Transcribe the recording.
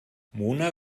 mona